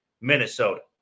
Minnesota